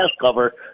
cover